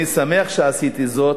אני שמח שעשיתי זאת.